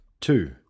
two